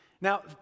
Now